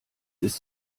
ist